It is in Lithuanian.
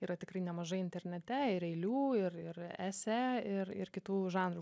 yra tikrai nemažai internete ir eilių ir ir esė ir ir kitų žanrų